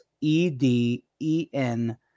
E-D-E-N